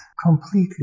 completely